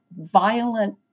violent